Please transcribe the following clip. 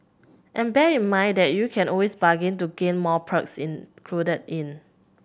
and bear in mind that you can always bargain to get more perks included in